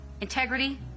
integrity